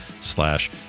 slash